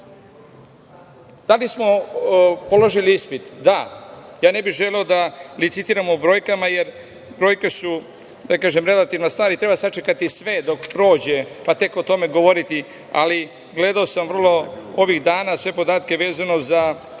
li smo položili ispit? Da. Ja ne bih želeo da licitiramo brojkama, jer brojke su, da kažem, relativna stvar i treba sačekati sve dok prođe, pa tek o tome govoriti. Ali, gledao sam ovih dana sve podatke vezano za